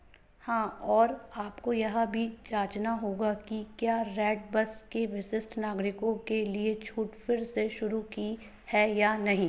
हाँ और आपको यह भी जाँचना होगा कि क्या रेड बस के विशिष्ट नागरिकों के लिए छूट फिर से शुरु की है या नहीं